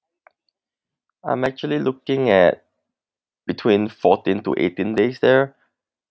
I'm actually looking at between fourteen to eighteen days there